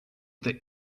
that